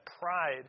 pride